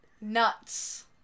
Nuts